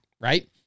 Right